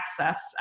access